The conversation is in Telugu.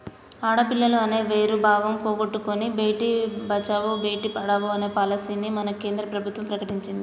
ఆడపిల్లలు అనే వేరు భావం పోగొట్టనని భేటీ బచావో బేటి పడావో అనే పాలసీని మన కేంద్ర ప్రభుత్వం ప్రకటించింది